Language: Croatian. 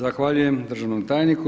Zahvaljujem državnom tajniku.